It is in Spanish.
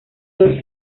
dos